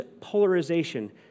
polarization